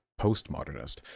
postmodernist